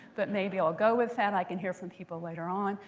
but maybe i'll go with that. i can hear from people later on.